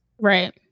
Right